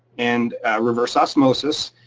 and reverse osmosis.